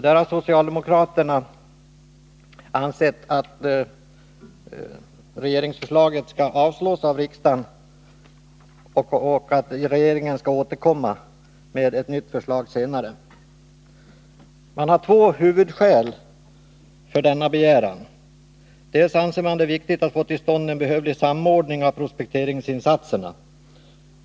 Där har socialdemokraterna ansett att regeringsförslaget skall avslås av riksdagen och att regeringen senare skall återkomma med ett nytt förslag. Socialdemokraterna har två huvudskäl för denna begäran. Dels anser man det viktigt att få till stånd en behövlig samordning av prospekteringsinsatserna.